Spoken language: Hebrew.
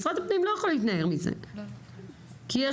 משרד הפנים לא יכול להתנער מזה כי יש